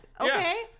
Okay